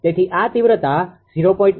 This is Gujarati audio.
તેથી આ તીવ્રતા 0